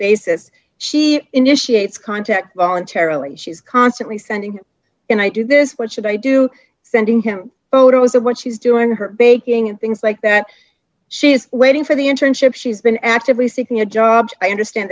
basis she initiated contact voluntarily she's constantly sending in i do this what should i do sending him otoh is that what she's doing her baking and things like that she is waiting for the internship she's been actively seeking a job i understand